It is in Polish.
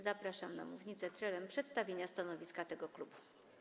Zapraszam na mównicę celem przedstawienia stanowiska klubu.